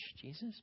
Jesus